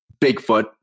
Bigfoot